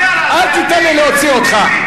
מי הרס, אל תיתן לי להוציא אותך.